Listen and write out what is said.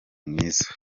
mwiza